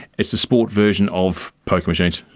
it's the sport version of poker machines,